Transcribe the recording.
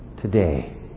today